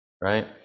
Right